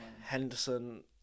Henderson